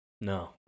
no